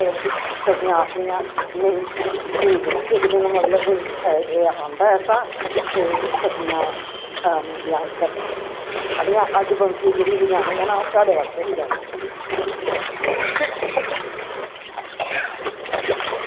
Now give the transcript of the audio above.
फिर सखियां आंखदियां नेईं ते इक दिन फिर मतलब आंदा ऐसा ते सखियां ब्यान करदियां आखदियां अज्ज बंसरी जेह्ड़ी बजानी ऐ ना ओह् साढ़े आस्तै बजानी ऐ